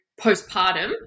postpartum